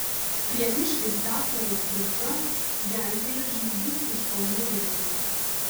prieniškis daktaras brundza gelbėjo žydus iš kauno geto